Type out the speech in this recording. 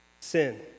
sin